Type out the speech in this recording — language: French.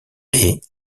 haies